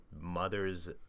mothers